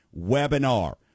webinar